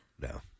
no